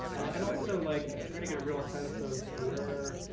and also like trying to get a real sense of, where